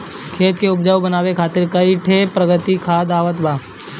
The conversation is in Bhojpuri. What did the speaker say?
खेत के उपजाऊ बनावे खातिर कई ठे प्राकृतिक खाद आवत बा